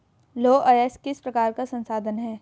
लौह अयस्क किस प्रकार का संसाधन है?